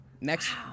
next